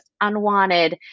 unwanted